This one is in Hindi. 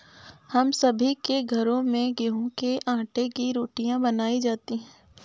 हम सभी के घरों में गेहूं के आटे की रोटियां बनाई जाती हैं